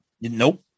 Nope